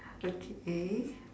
okay